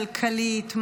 כלכלית,